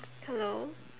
hello